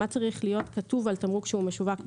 מה צריך להיות כתוב על תמרוק שמשווק בישראל.